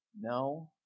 No